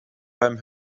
beim